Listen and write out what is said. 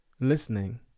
listening